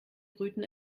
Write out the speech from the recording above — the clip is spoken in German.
brüten